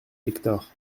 hector